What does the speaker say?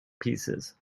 pieces